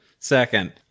second